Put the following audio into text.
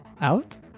Out